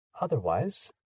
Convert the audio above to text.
Otherwise